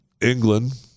England